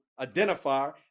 identifier